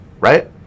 right